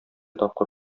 тапкыр